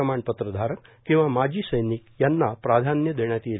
प्रमाणपत्र धारक किंवा माजी सैनिक यांना प्राधान्य देण्यात येईल